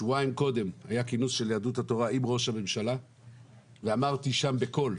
שבועיים קודם היה כינוס של יהדות התורה עם ראש הממשלה ואמרתי שם בקול: